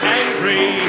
angry